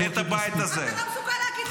אתם לא נורמליים.